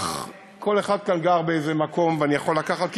כל אחד כאן גר באיזה מקום ואני יכול לקחת,